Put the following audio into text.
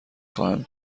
خواهم